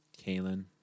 Kalen